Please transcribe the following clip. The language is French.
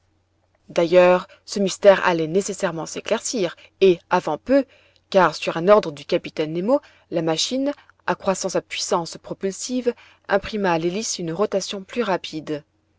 d'ailleurs ce mystère allait nécessairement s'éclaircir et avant peu car sur un ordre du capitaine nemo la machine accroissant sa puissance propulsive imprima à l'hélice une rotation plus rapide